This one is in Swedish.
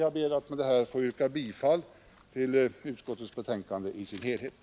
Jag ber att få yrka bifall till utskottets hemställan i dess helhet.